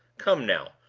come, now,